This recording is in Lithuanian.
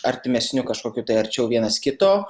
artimesniu kažkokiu tai arčiau vienas kito